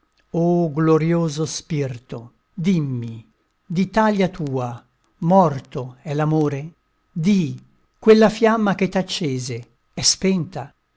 o glorioso spirto dimmi d'italia tua morto è l'amore di quella fiamma che t'accese è spenta